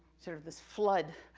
sort of this flood,